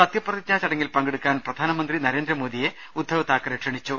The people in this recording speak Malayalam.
സത്യപ്രതിജ്ഞാ ചടങ്ങിൽ പങ്കെടുക്കാൻ പ്രധാനമന്ത്രി നരേന്ദ്ര മോദിയെ ഉദ്ധവ് താക്കറെ ക്ഷണിച്ചു